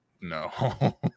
no